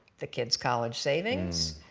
the kid's college savings,